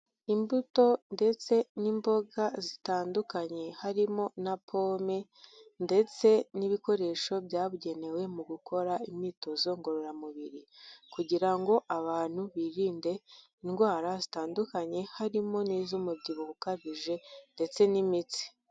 Imbuto ndetse n'imboga zitandukanye, harimo na pome, ndetse n'ibikoresho byabugenewe mu gukora imyitozo ngororamubiri, kugira ngo abantu birinde indwara zitandukanye, harimo n'iz'umubyibuho ukabije, ndetse n'imitsi.